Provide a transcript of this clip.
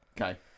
Okay